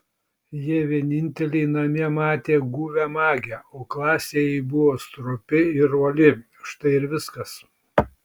jie vieninteliai namie matė guvią magę o klasėje ji buvo stropi ir uoli štai ir viskas